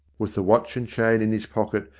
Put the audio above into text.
with the watch and chain in his pocket,